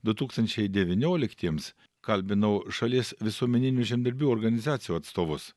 du tūkstančiai devynioliktiems kalbinau šalies visuomeninių žemdirbių organizacijų atstovus